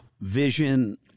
vision